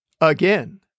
Again